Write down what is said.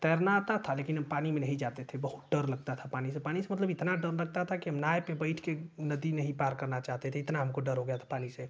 तैरना आता था लेकिन हम पानी में नहीं जाते थे बहुत डर लगता था पानी से पानी से मतलब इतना डर लगता था की हम नाय पर बैठ कर नदी में नहीं पार करना चाहते थे इतना हमको डर हो गया था पानी से